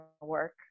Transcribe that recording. work